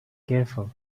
careful